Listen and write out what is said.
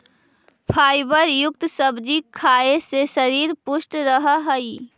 fibre युक्त सब्जी खाए से शरीर पुष्ट रहऽ हइ